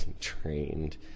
trained